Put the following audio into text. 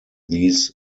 these